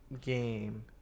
Game